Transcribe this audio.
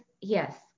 yes